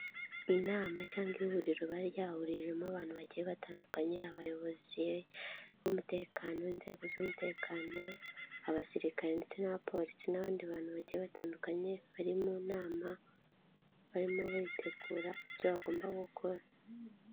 Inama cyangwa ihuriro riba ryahuriyemo abantu bagiye batandukanye abayobozi b'umutekano, inzego z'umutekano, abasirikare ndetse n'abaporisi n'abandi bantu bagiye batandukanye bari mu nama barimo bategura ibyo bagomba gukora.